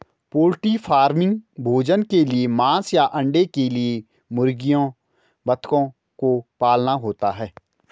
poultry farming भोजन के लिए मांस या अंडे के लिए मुर्गियों बतखों को पालना होता है